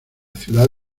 ciudad